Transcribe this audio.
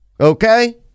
okay